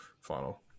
final